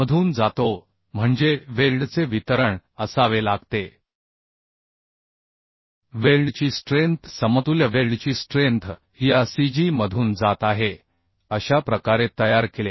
मधून जातो म्हणजे वेल्डचे वितरण असावे लागते वेल्डची स्ट्रेंथ समतुल्य वेल्डची स्ट्रेंथ या cg मधून जात आहे अशा प्रकारे तयार केले